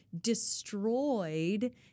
destroyed